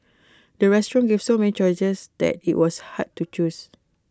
the restaurant gave so many choices that IT was hard to choose